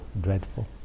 dreadful